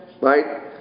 right